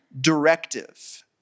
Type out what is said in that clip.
directive